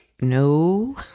no